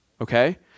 okay